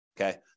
okay